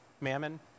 Mammon